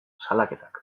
salaketak